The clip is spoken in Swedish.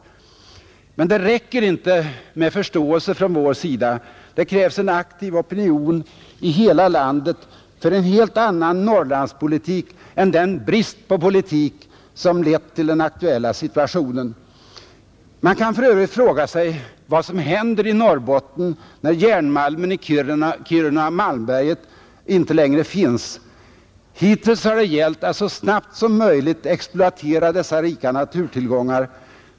Men det räcker inte med förståelse från vår sida. Det krävs en aktiv opinion i hela landet för en helt annan Norrlandspolitik än den brist på politik som lett till den aktuella situationen. Man kan för övrigt fråga sig vad som händer i Norrbotten när järnmalmen i Kiruna och Malmberget inte längre finns. Hittills har det gällt att så snabbt som möjligt exploatera dessa rika naturtillgångar.